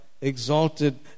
exalted